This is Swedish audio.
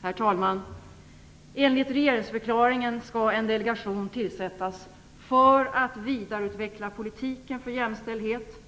Herr talman! Enligt regeringsförklaringen skall en delegation tillsättas för att vidareutveckla politiken för jämställdhet.